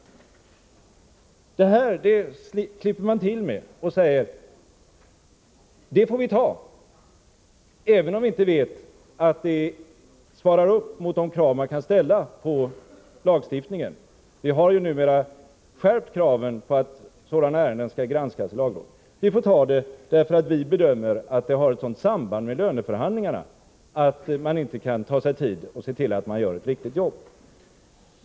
Detta klipper man till med och säger: Det får vi ta, även om vi inte vet att det svarar mot de krav man kan ställa på lagstiftningen — vi har ju numera skärpt kraven på att sådana ärenden skall granskas i lagrådet —, eftersom vi bedömer att det har ett sådant samband med löneförhandlingarna att man inte kan ta sig tid och se till att man gör ett riktigt jobb.